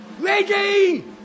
Ready